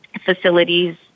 facilities